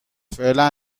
فعلا